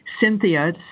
Cynthia